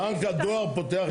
בנק הדואר פותח לכולם.